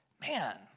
man